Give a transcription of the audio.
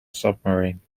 submarine